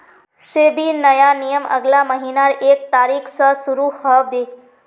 सेबीर नया नियम अगला महीनार एक तारिक स शुरू ह बे